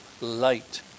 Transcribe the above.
light